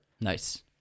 Nice